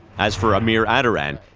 as for amir attaran,